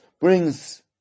brings